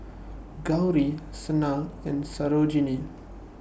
Gauri Sanal and Sarojini